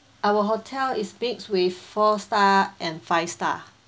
our hotel is mixed with four star and five star